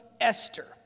Esther